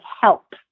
Help